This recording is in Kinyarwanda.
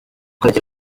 korari